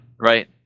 right